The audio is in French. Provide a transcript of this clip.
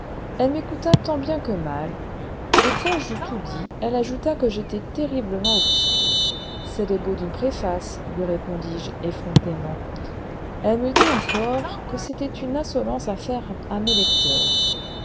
elle m'écouta tant bien que mal et quand j'eus tout dit elle ajouta que j'étais terriblement obscur c'est le beau d'une préface lui répondis-je effrontément elle me dit encore que c'était une insolence à faire à mes lecteurs